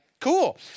Cool